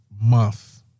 month